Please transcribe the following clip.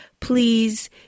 Please